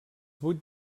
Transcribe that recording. vuit